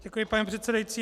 Děkuji, pane předsedající.